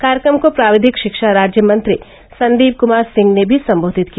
कार्यक्रम को प्राविधिक शिक्षा राज्य मंत्री संदीप कुमार सिंह ने भी संबोधित किया